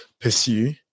pursue